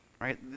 right